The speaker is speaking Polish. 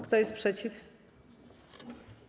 Kto jest przeciw?